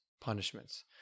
punishments